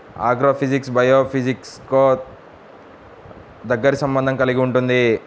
agrophysics బయోఫిజిక్స్తో దగ్గరి సంబంధం కలిగి ఉంటుంది